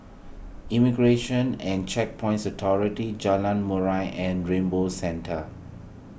Immigration and Checkpoints Authority Jalan Murai and Rainbow Centre